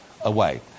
away